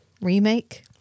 remake